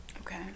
Okay